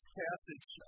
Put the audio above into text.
passage